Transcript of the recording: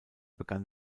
begann